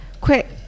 Quick